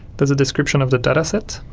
there's a description of the data set.